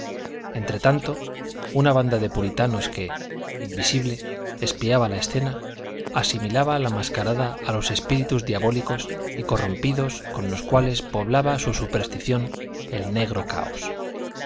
cambio entretanto una banda de puritanos que invisible espiaba la escena asimilaba la mascarada a los espíritus diabólicos y corrompidos con los cuales poblaba su superstición el negro caos